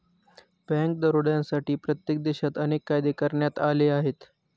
bank दरोड्यांसाठी प्रत्येक देशात अनेक कायदे करण्यात आले आहेत